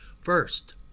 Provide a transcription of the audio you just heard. First